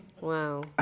Wow